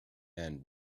and